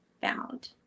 found